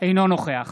אינו נוכח